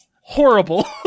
horrible